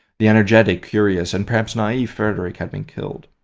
the energetic, curious and perhaps naive frederick had been killed.